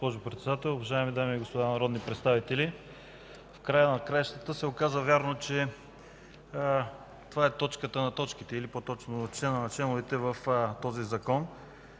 Уважаема госпожо Председател, уважаеми дами и господа народни представители! В края на краищата се оказа вярно, че това е точката на точките и по-точно члена на членовете в този закон.